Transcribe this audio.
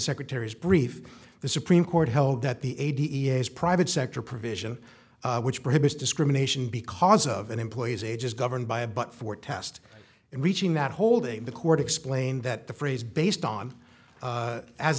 secretary's brief the supreme court held that the a d a s private sector provision which prohibits discrimination because of an employee's age is governed by a but for test and reaching that holding the court explained that the phrase based on